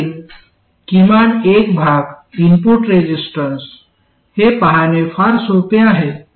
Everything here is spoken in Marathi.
त्यातील किमान एक भाग इनपुट रेजिस्टन्स हे पाहणे फार सोपे आहे